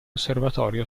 osservatorio